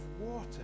water